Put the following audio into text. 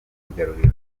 yigarurira